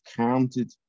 counted